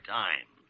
time